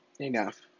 enough